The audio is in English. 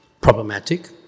problematic